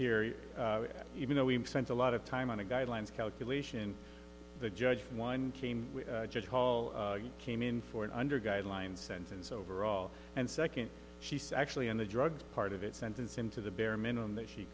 here even though we spent a lot of time on the guidelines calculation the judge one came judge hall came in for an under guidelines sentence overall and second she's actually on the drug part of it sentence him to the bare minimum that she